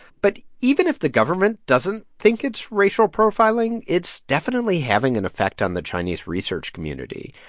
but even if the government doesn't think it's racial profiling, it's definitely having an effect on the chinese research community.